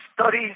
study